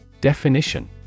Definition